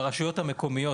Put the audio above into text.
ברשויות המקומיות,